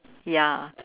ya